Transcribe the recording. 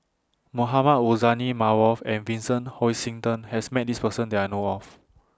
Mohamed Rozani Maarof and Vincent Hoisington has Met This Person that I know of